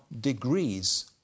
degrees